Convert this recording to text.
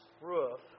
roof